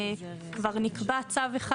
כבר נקבע צו אחד.